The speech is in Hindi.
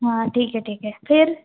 हाँ ठीक है ठीक है फिर